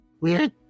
weird